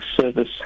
service